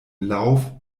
lauf